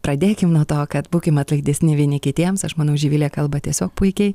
pradėkim nuo to kad būkim atlaidesni vieni kitiems aš manau živilė kalba tiesiog puikiai